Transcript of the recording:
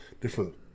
different